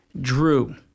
Drew